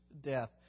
death